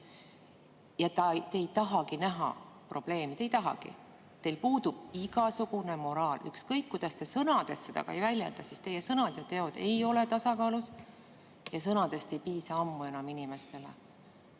ja te ei tahagi näha probleemi. Te ei tahagi, teil puudub igasugune moraal, ükskõik kuidas te sõnades seda ka ei väljenda. Teie sõnad ja teod ei ole tasakaalus. Ja sõnadest ei piisa ammu enam inimestele.